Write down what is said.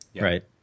right